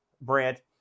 brent